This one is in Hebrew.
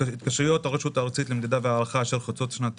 התקשרויות הרשות הארצית למדידה והערכה אשר חוצות שנת תקציב.